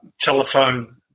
telephone